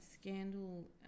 scandal